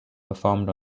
performed